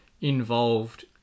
involved